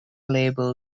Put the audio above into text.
label